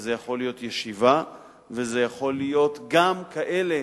זאת יכולה להיות ישיבה וזה יכול להיות גם כאלה